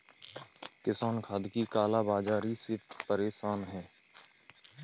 किसान खाद की काला बाज़ारी से परेशान है